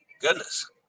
goodness